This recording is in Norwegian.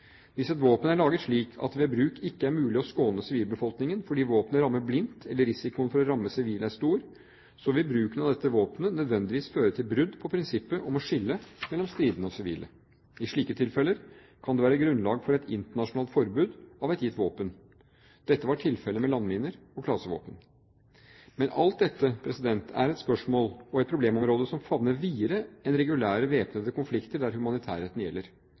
Hvis et våpen er lagd slik at det ved bruk ikke er mulig å skåne sivilbefolkningen fordi våpnene rammer blindt, eller risikoen for å ramme sivile er stor, vil bruken av dette våpenet nødvendigvis føre til brudd på prinsippet om å skille mellom stridende og sivile. I slike tilfeller kan det være grunnlag for et internasjonalt forbud av et gitt våpen. Dette var tilfellet med landminer og klasevåpen. Men alt dette er et spørsmål og et problemområde som favner videre enn regulære væpnede konflikter der humanitærretten gjelder.